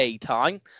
time